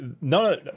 no